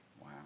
Wow